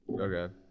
Okay